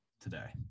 today